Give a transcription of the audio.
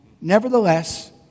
Nevertheless